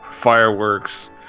fireworks